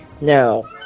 No